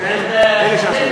והם אלה שעשו,